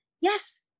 yes